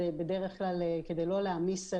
בדרך כלל כדי לא להעמיס.